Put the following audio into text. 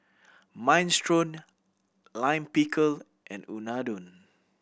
Minestrone Lime Pickle and Unadon